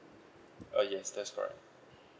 uh yes that's correct